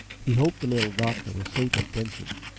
he hoped the little doctor was safe at denson's,